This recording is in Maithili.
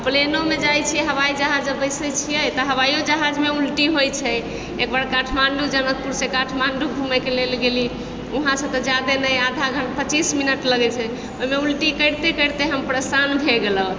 आओर प्लेनोमे जाइ छियै हवाइयो जहाज जब बैसै छियै तऽ हवाइयो जहाजमे उल्टी होइ छै एकबार काठमाण्डू जनकपुरसँ काठमाण्डू घुमैके लेल गेली उहासँ तऽ जादे नहि आधा घन पचीस मिनट लगै छै ओहिमे उल्टी करैत करैत हम परेशान भए गेलहुँ